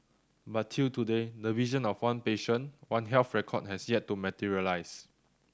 but till today the vision of one patient One Health record has yet to materialise